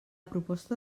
proposta